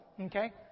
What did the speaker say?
Okay